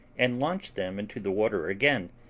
and launched them into the water again,